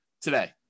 today